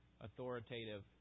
authoritative